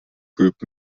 group